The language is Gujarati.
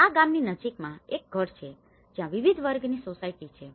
આ ગામની નજીકમાં એક ઘર છે જ્યાં વિવિધ વર્ગની સોસાયટીઓ છે